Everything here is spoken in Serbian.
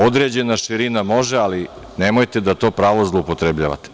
Određena širina može, ali nemojte da to pravo zloupotrebljavate.